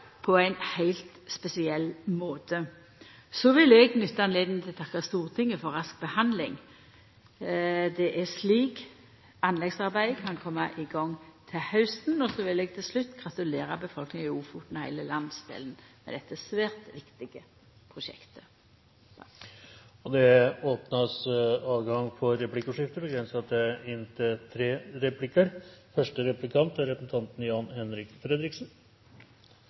på ein heilt spesiell måte. Eg vil nytta anledninga til å takka Stortinget for ei rask behandling. Det er slik anleggsarbeidet kan koma i gang til hausten. Så vil eg til slutt gratulera befolkninga i Ofoten og heile landsdelen med dette svært viktige prosjektet. Det åpnes for replikkordskifte. Jeg er